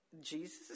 Jesus